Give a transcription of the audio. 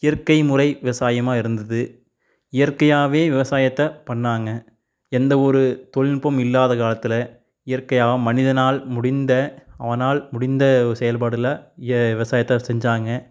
இயற்கை முறை விவசாயமாக இருந்தது இயற்கையாகவே விவசாயத்தை பண்ணிணாங்க எந்த ஒரு தொழில்நுட்பமும் இல்லாத காலத்தில் இயற்கையாக மனிதனால் முடிந்த அவனால் முடிந்த செயல்பாடில் விவசாயத்தை செஞ்சாங்க